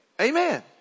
Amen